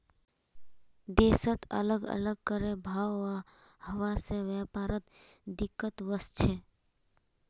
देशत अलग अलग कर भाव हवा से व्यापारत दिक्कत वस्छे